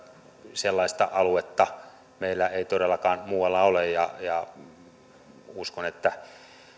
sellaista aluetta meillä ei todellakaan muualla ole uskon että